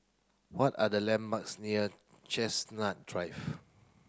what are the landmarks near Chestnut Drive